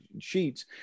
sheets